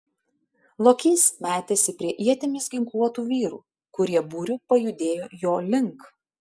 lokys metėsi prie ietimis ginkluotų vyrų kurie būriu pajudėjo jo link